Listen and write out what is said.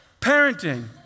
Parenting